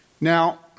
Now